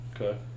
Okay